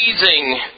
amazing